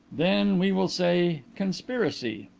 then we will say conspiracy.